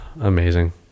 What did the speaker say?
amazing